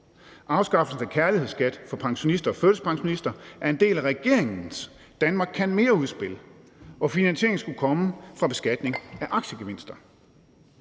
afskaffelsen af kærlighedsskat for pensionister og førtidspensionister er en del af regeringens »Danmark kan mere I«-udspil, hvor finansieringen skulle komme fra beskatning af aktiegevinster.